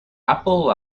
apple